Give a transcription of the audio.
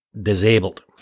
disabled